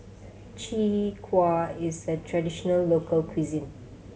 Chwee Kueh is a traditional local cuisine